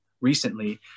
recently